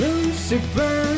Lucifer